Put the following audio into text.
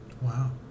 Wow